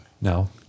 No